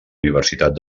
universitat